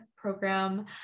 program